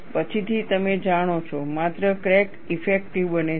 પછીથી તમે જાણો છો માત્ર ક્રેક ઇફેક્ટિવ બને છે